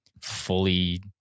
fully